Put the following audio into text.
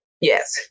yes